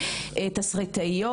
תסריטאיות,